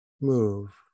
move